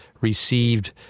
received